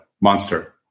monster